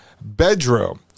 bedroom